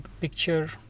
picture